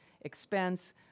expense